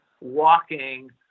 walking